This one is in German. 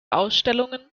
ausstellungen